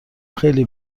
خیلی